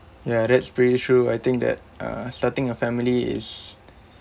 ya that's pretty true I think that uh starting a family is